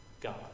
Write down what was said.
God